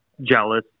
jealous